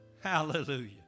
Hallelujah